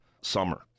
summer